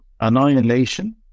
annihilation